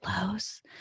lows